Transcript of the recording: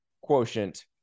quotient